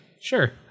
Sure